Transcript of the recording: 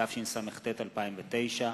התשס”ט 2009,